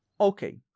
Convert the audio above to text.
Okay